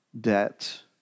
debt